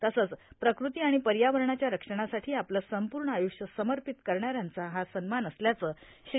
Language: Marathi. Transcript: तसंच प्रकृति आणि पर्यावरणाच्या रक्षणासाठी आपलं संपूर्ण आयुष्य समर्पित करणाऱ्यांचा हा सम्मान असल्याचं श्री